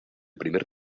primer